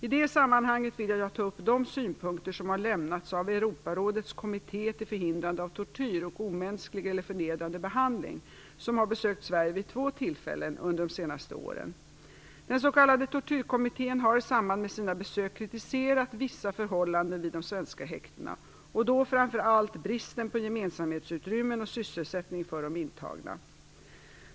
I det sammanhanget vill jag ta upp de synpunkter som har lämnats av Europarådets kommitté till förhindrande av tortyr och omänsklig eller förnedrande behandling, som har besökt Sverige vid två tillfällen under de senaste åren. Den s.k. Tortyrkommittén har i samband med sina besök kritiserat vissa förhållanden vid de svenska häktena, framför allt bristen på gemensamhetsutrymmen och sysselsättning för de intagna.